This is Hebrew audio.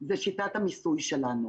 זה שיטת המיסוי שלנו.